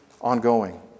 ongoing